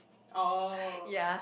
oh